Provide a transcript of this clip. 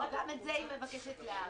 גם את זה היא מבקשת להאריך.